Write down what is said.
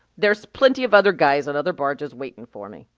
there's plenty of other guys on other barges waitin' for me.